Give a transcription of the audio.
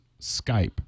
skype